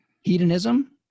hedonism